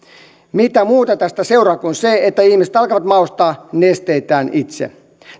mitä muuta tästä seuraa kuin se että ihmiset alkavat maustaa nesteitään itse